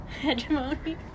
hegemony